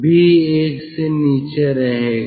भी एक से नीचे रहेगा